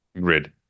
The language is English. grid